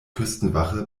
küstenwache